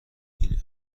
این